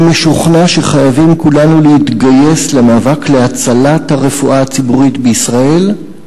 אני משוכנע שכולנו חייבים להתגייס למאבק להצלת הרפואה הציבורית בישראל,